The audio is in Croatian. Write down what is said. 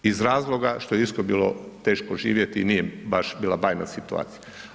Iz razloga što je u Irskoj bilo teško živjeti i nije baš bila bajna situacija.